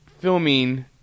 filming